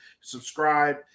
Subscribe